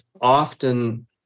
often